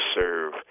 serve